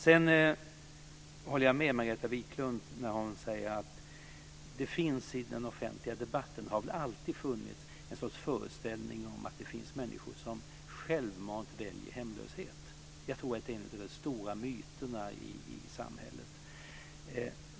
Jag håller med Margareta Viklund när hon säger att det i den offentliga debatten finns och väl alltid har funnits en sorts föreställning om att det finns människor som självmant väljer hemlöshet. Jag tror att det är en av de stora myterna i samhället.